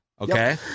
okay